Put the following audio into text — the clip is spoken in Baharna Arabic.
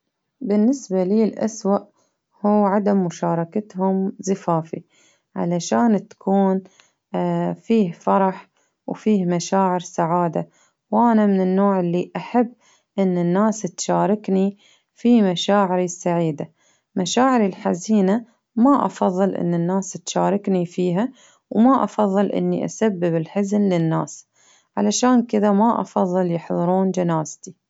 بالنسبة لي الأسوأ هو عدم مشاركتهم زفافي، علشان تكون اه فيه فرح وفيه مشاعر سعادة، وأنا من النوع اللي أحب إن الناس تشاركني في مشاعري السعيدة، مشاعري الحزينة ما أفظل إن الناس تشاركني فيها، وما أفظل إني أسبب الحزن للناس، علشان كذا ما أفظل يحظرون جنازتي.